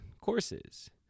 courses